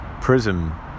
prism